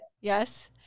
yes